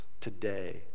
today